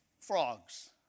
frogs